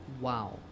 Wow